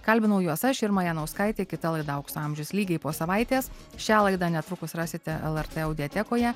kalbinau juos aš irma janauskaitė kita laida aukso amžius lygiai po savaitės šią laidą netrukus rasite lrt audiatekoje